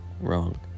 Wrong